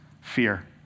fear